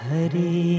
Hari